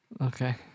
Okay